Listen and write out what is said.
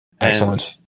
Excellent